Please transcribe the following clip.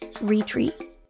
retreat